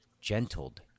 gentled